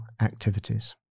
activities